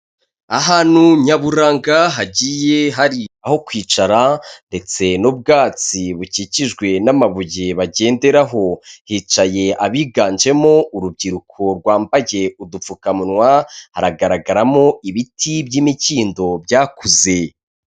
Ahantu nyaburanga hagiye hari aho kwicara ndetse n'ubwatsi bukikijwe n'amabuye bagenderaho, hicaye abiganjemo urubyiruko rwambage udupfukamunwa haragaragaramo ibiti by'imikindo .